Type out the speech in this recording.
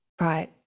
right